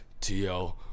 TL